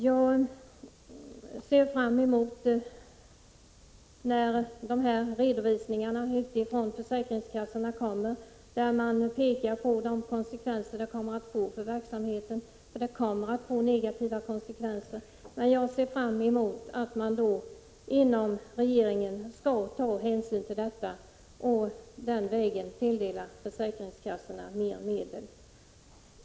Jag ser fram emot att regeringen, när redovisningarna från försäkringskassorna kommer och de negativa konsekvenserna anges skall ta hänsyn till detta och tilldela försäkringskassorna ytterligare medel.